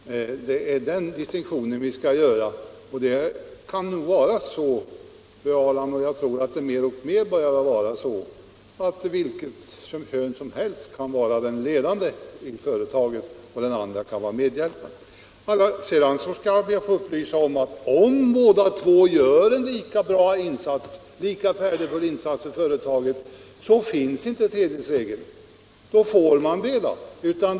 Det är den distinktionen vi skall göra. Det kan nog vara så, fru Ahrland — och jag tror att det mer och mer börjar bli så — att könet inte spelar någon roll när det gäller vem som är ledande i företaget och vem som är medhjälpare. Jag vill vidare lämna den upplysningen att i de fall där båda makarna gör lika värdefulla insatser för företaget skall tredjedelsregeln inte tilllämpas. Då får man göra en annan fördelning.